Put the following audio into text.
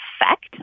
effect